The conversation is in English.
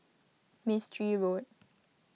Mistri Road